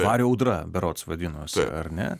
vario audra berods vadinosi ar ne